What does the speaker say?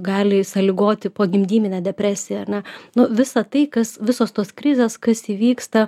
gali sąlygoti pogimdyminę depresiją ar ne nu visą tai kas visos tos krizės kas įvyksta